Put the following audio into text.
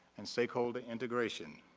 and stakeholder integration.